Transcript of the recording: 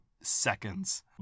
seconds